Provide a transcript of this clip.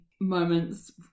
moments